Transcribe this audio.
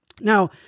Now